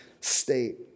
state